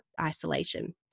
isolation